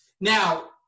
Now